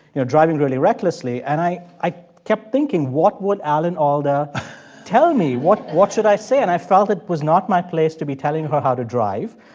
you know, driving really recklessly. and i i kept thinking, what would alan alda tell me? what what should i say? and i felt it was not my place to be telling her how to drive.